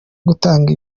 gutanga